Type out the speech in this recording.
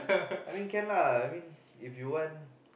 I mean can lah I mean if you want